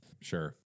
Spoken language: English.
Sure